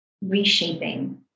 reshaping